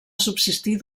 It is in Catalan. subsistir